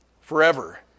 forever